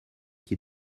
qui